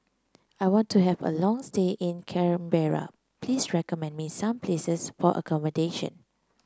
I want to have a long stay in Canberra please recommend me some places for accommodation